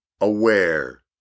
aware